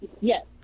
yes